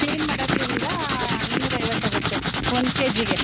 clean ಮಾಡದ್ರಿಂದ ಇನ್ನೂರಾ ಐವತ್ತು ಆಗುತ್ತೆ ಒಂದು ಕೆ ಜಿಗೆ